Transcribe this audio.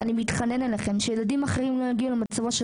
אני מתחנן אליכם שילדים אחרים לא יגיעו למצבו של